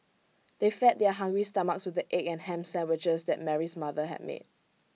they fed their hungry stomachs with the egg and Ham Sandwiches that Mary's mother had made